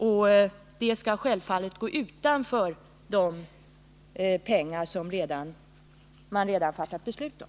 Och denna hjälp skall självfallet gå utöver de pengar som man redan fattat beslut om.